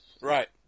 Right